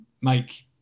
make